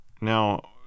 Now